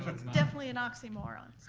it's definitely an oxymoron.